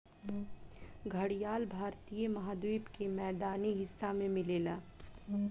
घड़ियाल भारतीय महाद्वीप के मैदानी हिस्सा में मिलेला